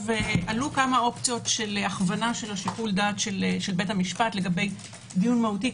עלו כמה אופציות של הכוונה של שיקול הדעת של בית המשפט לגבי דיון מהותי,